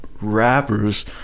rappers